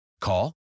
Call